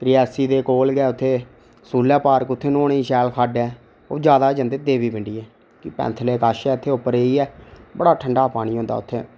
रियासी दे कोल गै उत्थै सूला पार्क उत्थै न्हौने ई शैल खड्ड ऐ अ'ऊं जादा जंदे देवी पिडिंये साढ़ै कश उत्थै उप्परै ई बड़ा ठंड़ा पानी होदा उत्थै